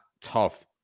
tough